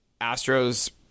Astros